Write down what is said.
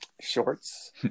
shorts